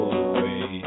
away